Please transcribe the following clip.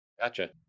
Gotcha